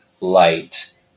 light